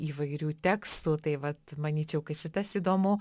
įvairių tekstų taip vat manyčiau kad šitas įdomu